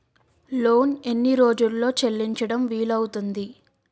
Loan ఎన్ని రోజుల్లో చెల్లించడం వీలు అవుతుంది?